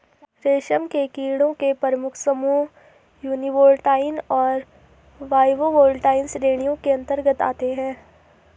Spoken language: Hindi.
रेशम के कीड़ों के प्रमुख समूह यूनिवोल्टाइन और बाइवोल्टाइन श्रेणियों के अंतर्गत आते हैं